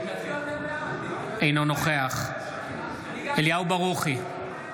אינו נוכח אליהו ברוכי,